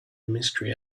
mystery